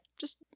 Just-